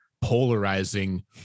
polarizing